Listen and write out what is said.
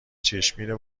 چشمگیر